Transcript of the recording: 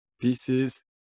pieces